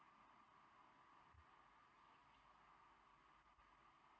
no